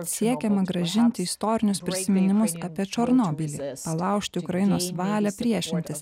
siekiama grąžinti istorinius prisiminimus apie černobylį palaužti ukrainos valią priešintis